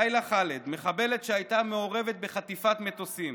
לילה ח'אלד, מחבלת שהייתה מעורבת בחטיפת מטוסים.